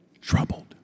troubled